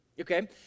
Okay